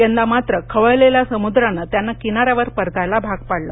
यंदा मात्र खवळलेल्या समुद्रानं त्यांना किनार्याचवर परतायला भाग पाडलं